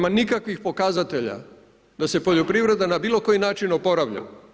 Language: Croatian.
Nema nikakvih pokazatelja da se poljoprivreda na bilo koji način oporavlja.